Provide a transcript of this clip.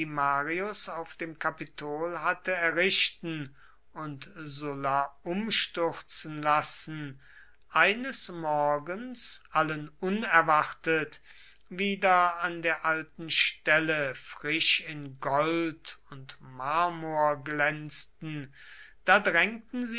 marius auf dem kapitol hatte errichten und sulla umstürzen lassen eines morgens allen unerwartet wieder an der alten stelle frisch in gold und marmor glänzten da drängten